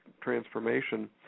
transformation